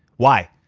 why?